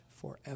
forever